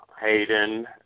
Hayden